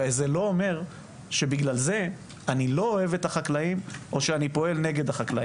וזה לא אומר שבגלל זה אני לא אוהב את החקלאים או פועל נגדם.